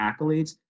accolades